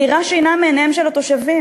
מדירה שינה מעיניהם של התושבים.